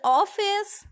office